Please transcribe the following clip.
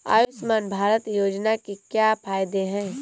आयुष्मान भारत योजना के क्या फायदे हैं?